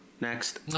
next